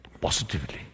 positively